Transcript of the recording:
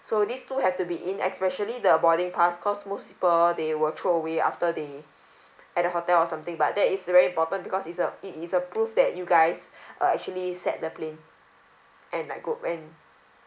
so these two have to be in especially the boarding pass cause most people they will throw away after they at the hotel or something but that is very important because is a it is a proof that you guys uh actually sat the plane and like go when